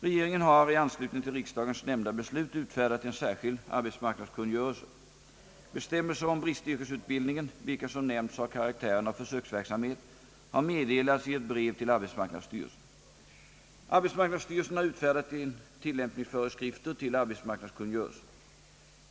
Regeringen har i anslutning till riksdagens nämnda beslut utfärdat en särskild arbetsmarknadskungörelse. Bestämmelser om bristyrkesutbildningen, vilken som nämnts har karaktären av försöksverksamhet, har meddelats i ett brev till arbetsmarknadsstyrelsen. Arbetsmarknadsstyrelsen har utfärdat tillämpningsföreskrifter = till arbetsmarknadskungörelsen.